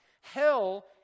Hell